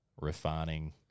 refining